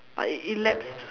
but it elapsed